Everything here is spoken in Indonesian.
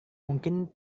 mungkin